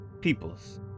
peoples